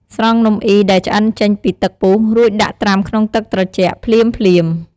ស្រង់នំអុីដែលឆ្អិនចេញពីទឹកពុះ រួចដាក់ត្រាំក្នុងទឹកត្រជាក់ភ្លាមៗ។